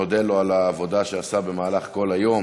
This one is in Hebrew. נודה לו על העבודה שעשה במהלך כל היום